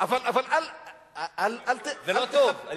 זה לא טוב.